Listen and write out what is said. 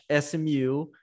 SMU